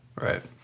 Right